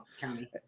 county